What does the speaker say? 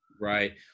Right